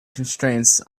constraints